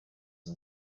and